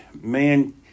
Man